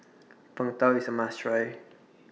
Png Tao IS A must Try